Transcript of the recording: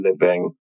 living